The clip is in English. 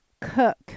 cook